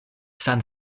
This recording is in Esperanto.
san